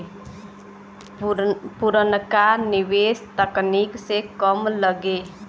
पुरनका निवेस तकनीक से कम लगे